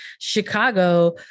chicago